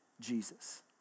Jesus